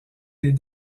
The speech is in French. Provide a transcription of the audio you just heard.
des